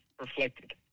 reflected